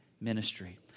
ministry